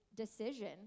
decision